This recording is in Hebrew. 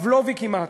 פבלובי כמעט,